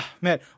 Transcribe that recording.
Man